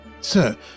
Sir